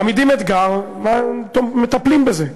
מעמידים אתגר, מטפלים בזה.